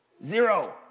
Zero